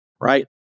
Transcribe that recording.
right